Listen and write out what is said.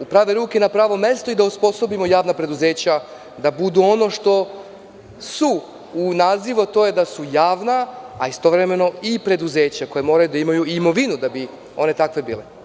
u prave ruke na pravo mesto i da osposobimo javna preduzeća, da budu ono što su u nazivu, a to je da su javna, a istovremeno i preduzeća koja moraju da imaju i imovinu da bi ona takva bila.